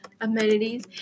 amenities